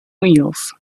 wheels